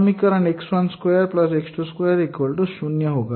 समीकरण x12 x220होगा